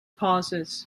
pauses